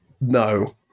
No